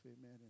amen